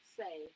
say